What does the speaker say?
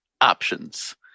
options